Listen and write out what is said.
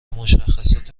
مشخصات